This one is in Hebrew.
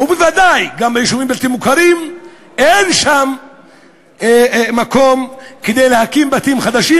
ובוודאי גם ביישובים הבלתי-מוכרים אין מקום כדי להקים בתים חדשים,